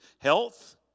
health